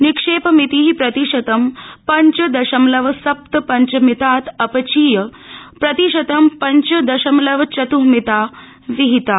निक्षेप मिति प्रतिशतं पञ्चदशमलव सप्त पञ्च मितात् अपचीय प्रतिशतं पञ्च दशमलव चत्ःमिता विहिता